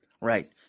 Right